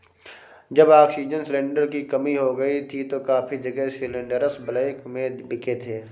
जब oxygen cylinder की कमी हो गई थी तो काफी जगह सिलेंडरस ब्लैक में बिके थे